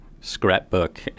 scrapbook